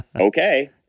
okay